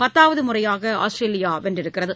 பத்தாவது முறையாக ஆஸ்திரேலியா வென்றுள்ளது